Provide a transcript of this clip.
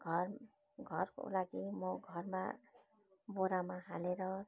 घर घरको लागि म घरमा बोरामा हालेर